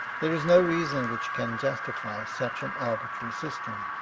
there is no reason which can justify such an arbitrary system.